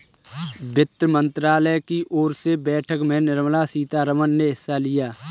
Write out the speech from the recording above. वित्त मंत्रालय की ओर से बैठक में निर्मला सीतारमन ने हिस्सा लिया